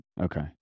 Okay